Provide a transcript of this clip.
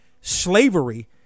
slavery